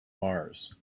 mars